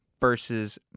versus